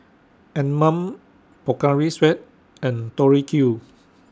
Anmum Pocari Sweat and Tori Q